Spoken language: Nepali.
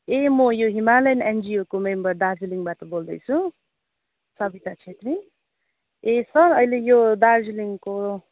ए म यो हिमालयन एनजिओको मेम्बर दार्जिलिङबाट बोल्दैछु सबिता छेत्री ए सर अहिले यो दार्जिलिङको